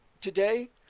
today